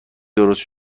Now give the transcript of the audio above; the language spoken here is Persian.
درست